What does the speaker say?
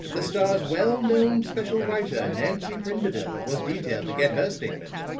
the star's well-known special writer, nancy prindeville, was detailed to get her statement.